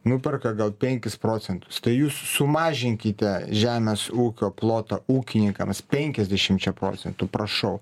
nuperka gal penkis procentus tai jūs sumažinkite žemės ūkio ploto ūkininkams penkiasdešimčia procentų prašau